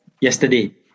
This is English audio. yesterday